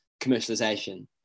commercialization